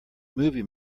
movie